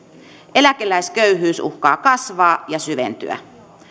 eläkeläisköyhyys uhkaa kasvaa ja syventyä